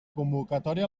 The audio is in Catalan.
convocatòria